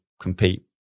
compete